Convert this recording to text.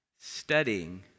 studying